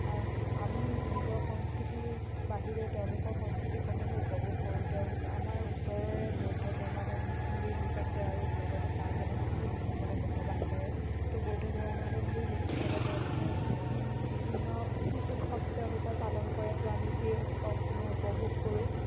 আমি নিজৰ সংস্কৃতিৰ বাহিৰেও তেওঁলোকৰ সংস্কৃতিসমূহো উপভোগ কৰো তেওঁলোক আমাৰ ওচৰৰে বৌদ্ধ ধৰ্মাৱলম্বী লোক আছে আৰু লগতে চাহ জনগোষ্ঠী লোকসকলে বসবাস কৰে তো বৌদ্ধ ধৰ্মাৱলম্বী লোকসকলে তেওঁলোকে বিভিন্ন উৎসৱ তেওঁলোকৰ পালন কৰে তোআমি সেই উৎসৱসমূহ উপভোগ কৰোঁ